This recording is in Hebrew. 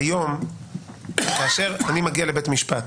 היום כאשר אני מגיע לבית משפט